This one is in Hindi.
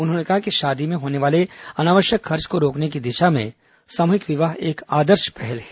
उन्होंने कहा कि शादी में होने वाले अनावश्यक खर्च को रोकने की दिशा में सामूहिक विवाह एक आदर्श पहल है